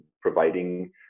providing